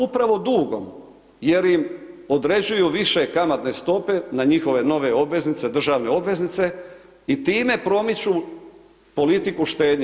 Upravo dugom, jer im određuju više kamatne stope na njihove nove obveznice, državne obveznice i time promiču politiku štednje.